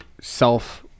self-